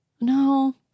No